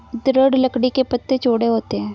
दृढ़ लकड़ी के पत्ते चौड़े होते हैं